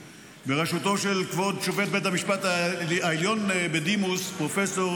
בראשותו של כבוד שופט בית המשפט העליון בדימוס פרופ'